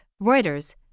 Reuters